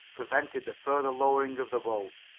prevented the further lowering of the boat.